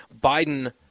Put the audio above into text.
Biden